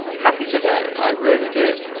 happy today i really do